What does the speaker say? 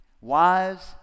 Wives